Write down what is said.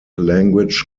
language